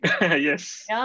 Yes